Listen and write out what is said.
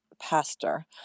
pastor